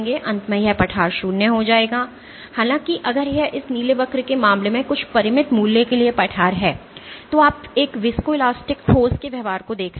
अंत में यह पठार शून्य होगा हालाँकि अगर यह इस नीले वक्र के मामले में कुछ परिमित मूल्य के लिए पठार है तो आप एक viscoelastic ठोस के व्यवहार को देख रहे हैं